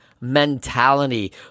mentality